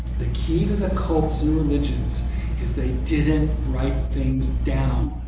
the key to the cults and religions is they didn't write things down.